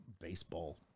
baseball